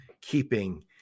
keeping